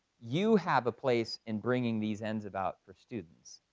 you have a place in bringing these ends about for students.